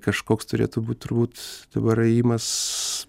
kažkoks turėtų būt turbūt dabar ėjimas